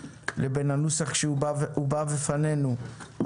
לבין הנוסח שהובא בפנינו,